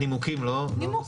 הנימוקים לא מספקים אותך?